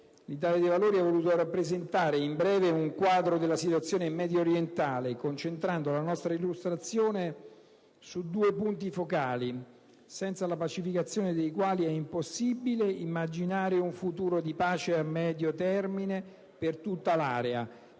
l'Italia dei Valori ha voluto rappresentare, in breve, un quadro della situazione mediorientale, concentrando la nostra illustrazione su due punti focali, senza la pacificazione dei quali è impossibile immaginare un futuro di pace a medio termine per tutta l'area: